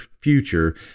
future